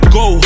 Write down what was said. go